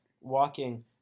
walking